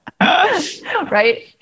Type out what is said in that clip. Right